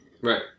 right